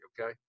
Okay